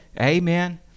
Amen